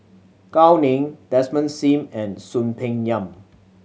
Gao Ning Desmond Sim and Soon Peng Yam